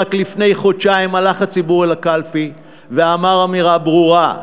רק לפני חודשיים הלך הציבור אל הקלפי ואמר אמירה ברורה: